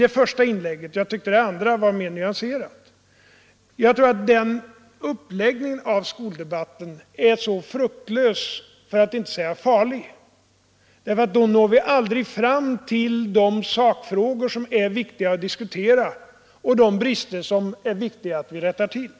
Hans andra inlägg tyckte jag däremot var mera nyanserat. En sådan uppläggning av skoldebatten tycker jag är fruktlös, för att inte säga farlig, eftersom vi då ju aldrig når fram till de sakfrågor som är viktiga att diskutera och de brister som det är så nödvändigt att vi rättar till.